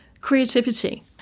creativity